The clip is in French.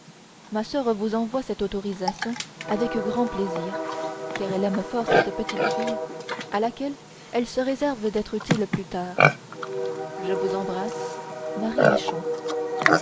ma soeur vous envoie cette autorisation avec grand plaisir car elle aime fort cette petite fille à laquelle elle se réserve d'être utile plus tard je vous embrasse marie